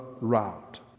route